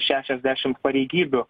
šešiasdešimt pareigybių